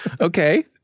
Okay